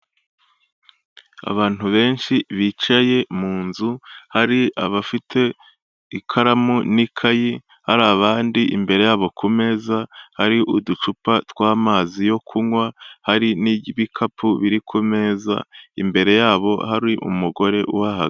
Abantu benshi bicaye mu nzu hari abafite ikaramu n'ikayi, hari abandi imbere yabo ku meza hari uducupa tw'amazi yo kunywa, hari n'ibikapu biri ku meza, imbere yabo hari umugore uhahagaze.